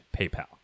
PayPal